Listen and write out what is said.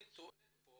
אני טוען פה